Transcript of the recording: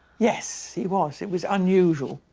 yes, he was. it was unusual